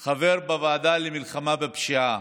אני הייתי חבר בוועדת שרים למלחמה בפשיעה.